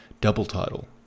double-title